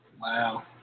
Wow